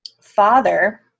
father